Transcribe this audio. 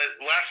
Last